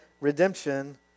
Redemption